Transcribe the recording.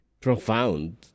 profound